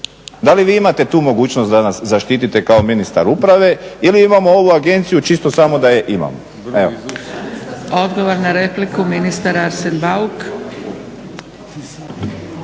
Da li vi imate tu mogućnost da nas zaštitite kao ministar uprave ili imamo ovu agenciju čisto samo da je imamo?